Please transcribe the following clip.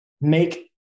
make